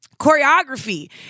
choreography